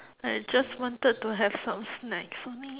I just wanted to have some snacks only